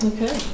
Okay